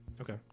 Okay